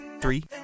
three